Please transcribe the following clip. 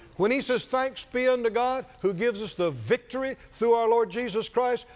when he says thanks be unto god who gives us the victory through our lord jesus christ,